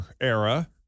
era